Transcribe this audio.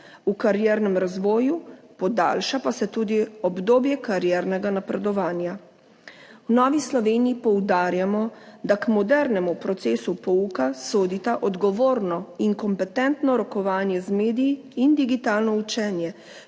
v kariernem razvoju, podaljša pa se tudi obdobje kariernega napredovanja. V Novi Sloveniji poudarjamo, da k modernemu procesu pouka sodita odgovorno in kompetentno rokovanje z mediji in digitalno učenje.